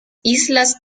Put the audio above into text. islas